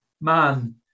man